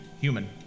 human